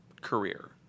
career